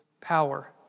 power